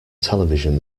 television